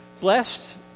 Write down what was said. Blessed